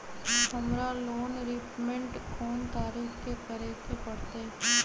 हमरा loan repayment कोन तारीख के करे के परतई?